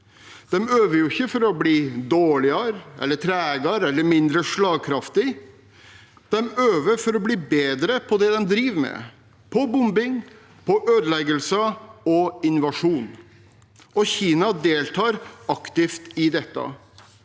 De øver jo ikke for å bli dårligere eller tregere eller mindre slagkraftige, de øver for å bli bedre på det de driver med: bombing, ødeleggelser og invasjon. Kina deltar aktivt i dette.